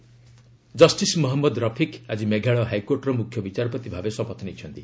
Meghalaya oath justice Mohammad Rafiq ଆଜି ମେଘାଳୟ ହାଇକୋର୍ଟର ମୁଖ୍ୟ ବିଚାରପତି ଭାବେ ଶପଥ ନେଇଛନ୍ତି